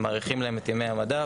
מאריכים להם את ימי המדף.